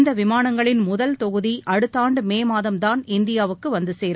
இந்த விமானங்களின் முதல் தொகுதி அடுத்த ஆண்டு மே மாதம் தான் இந்தியாவுக்கு வந்து சேரும்